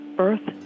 birth